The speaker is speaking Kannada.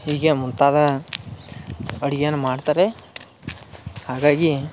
ಹೀಗೆ ಮುಂತಾದ ಅಡಿಗೇನ ಮಾಡ್ತಾರೆ ಹಾಗಾಗಿ